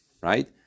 Right